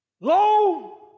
low